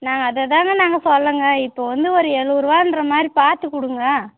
நாங்கள் அத தான நாங்கள் சொல்லோங்க இப்போ வந்து ஒரு எழுவதுருவான்றமாரி பார்த்து கொடுங்க